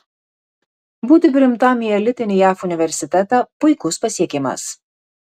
būti priimtam į elitinį jav universitetą puikus pasiekimas